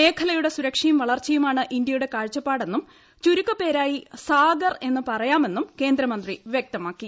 മേഖലയുടെ സുരക്ഷയും വളർച്ചയുമാണ് ഇന്ത്യയുടെ കാഴ്ചപ്പാടെന്നും ചുരുക്കപ്പേരായി സാഗർ എന്ന് പറയാമെന്നും കേന്ദ്രമന്ത്രി വൃക്തമാക്കി